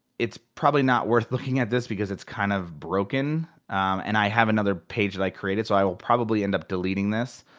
it's probably not worth looking at this because it's kind of broken and i have another page that i created so i will probably end up deleting this.